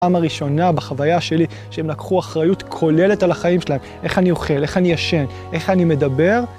פעם הראשונה בחוויה שלי, שהם לקחו אחריות כוללת על החיים שלהם. איך אני אוכל, איך אני ישן, איך אני מדבר.